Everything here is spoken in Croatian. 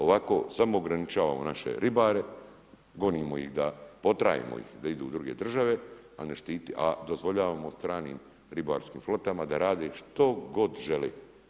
Ovako samo ograničavamo naše ribare, gonimo ih da, potrajemo ih da idu u druge države a ne štitimo, a dozvoljavamo stranim ribarskim flotama da rade što god želi.